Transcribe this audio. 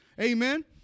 Amen